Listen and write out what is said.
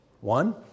one